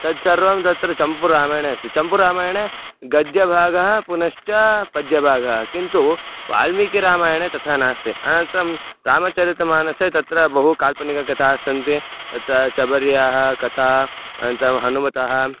तत्सर्वं तत्र चम्पुरामायणे अस्ति चम्पुरामायणे गद्यभागः पुनश्च पद्यभागः किन्तु वाल्मीकिरामायणे तथा नास्ति अनन्तरं रामचरितमानसे तत्र बहु काल्पनिककथाः सन्ति तत्र शबर्याः कथा अनन्तरं हनुमतः